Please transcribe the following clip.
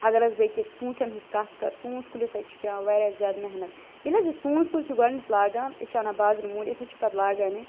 اگر حظ بہٕ أکہِ ژوٗنٛٹھیٚن ہنٛز کَتھ کرٕ ژوٗنٛٹھۍ کُلِس حظ چھِ پیٚوان واریاہ زیادٕ محنت ییٚلہِ حظ یہِ ژونٛٹھۍ کُل چھِ گۄڈنیٚتھ لاگان أسۍ چھِ اَنان بازرٕ مٔلۍ أسۍ حظ چھِ پتہٕ لاگان یہِ